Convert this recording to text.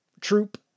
troop